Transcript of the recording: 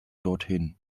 dorthin